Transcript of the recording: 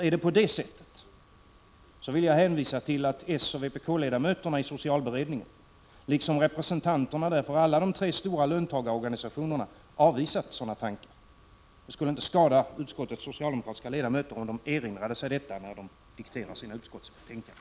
Är det på det sättet, vill jag hänvisa till att soch vpk-ledamöterna i socialberedningen, liksom representanterna där för alla de tre stora löntagarorganisationerna, har avvisat sådana tankar. Det skulle inte skada utskottets socialdemokratiska ledamöter, om de erinrade sig detta när de dikterar sina utskottsbetänkanden.